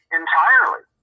entirely